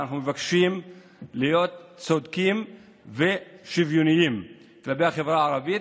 ואנחנו מבקשים להיות צודקים ושוויוניים כלפי החברה הערבית.